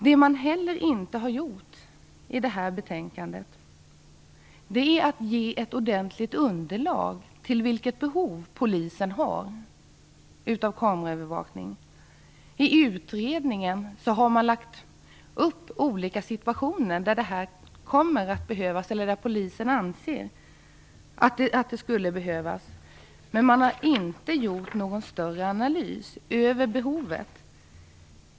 Något som heller inte finns i betänkandet är ett ordentligt underlag för Polisens behov av kameraövervakning. I utredningen har man tagit upp olika situationer, där Polisen anser att kameraövervakning skulle behövas. Men man har inte gjort någon större analys av behovet.